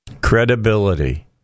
credibility